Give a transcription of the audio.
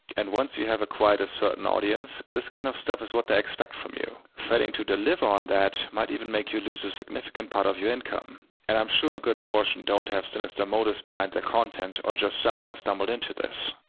and once you have acquired a certain audience, this kind of thing is what they expect from you. failing to deliver on that might even make you lose a significant part of your income. and i'm sure a good portion don't have sinister motives behind their content, or just somehow stumbled into this.